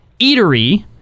eatery